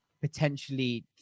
potentially